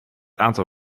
aantal